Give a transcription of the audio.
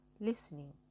listening